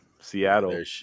Seattle